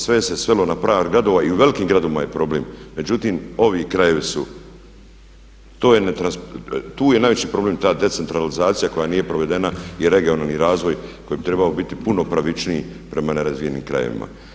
Sve se svelo na … [[Ne razumije se.]] I u velikim gradovima je problem, međutim ovi krajevi su, tu je najveći problem ta decentralizacija koja nije provedena i regionalni razvoj koji bi trebao biti puno pravičniji prema nerazvijenim krajevima.